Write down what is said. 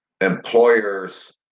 Employers